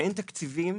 אין תקציבים